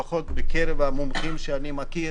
לפחות לא בקרב המומחים שאני מכיר